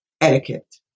etiquette